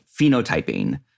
phenotyping